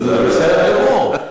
בסדר גמור.